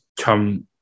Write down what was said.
come